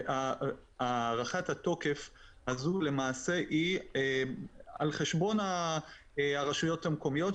הארכת התוקף הזו למעשה היא על חשבון הרשויות המקומיות,